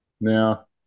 Now